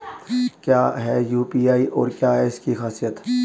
क्या है यू.पी.आई और क्या है इसकी खासियत?